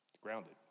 Grounded